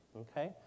okay